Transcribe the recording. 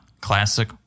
classic